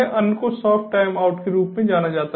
अन्य को soft time out के रूप में जाना जाता है